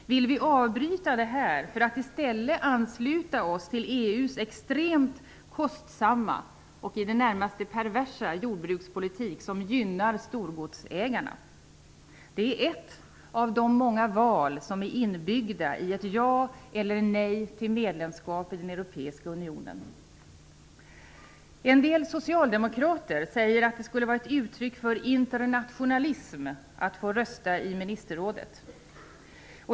Vill vi avbryta detta för att i stället ansluta oss till EU:s extremt kostsamma och i det närmaste perversa jordbrukspolitik, en politik som gynnar storgodsägarna? Det är några av de många val som är inbyggda i ett ja eller nej till ett medlemskap i den europeiska unionen. En del socialdemokrater säger att det skulle vara ett uttryck för internationalism att få rösta i ministerrådet.